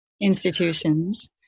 institutions